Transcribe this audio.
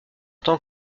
tant